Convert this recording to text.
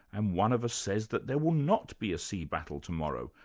and one of us says that there will not be a sea battle tomorrow.